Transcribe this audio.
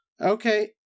Okay